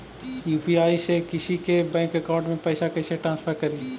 UPI से किसी के बैंक अकाउंट में पैसा कैसे ट्रांसफर करी?